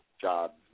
jobs